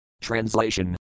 Translation